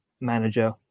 manager